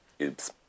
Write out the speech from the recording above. Oops